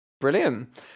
Brilliant